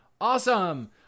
Awesome